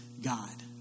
God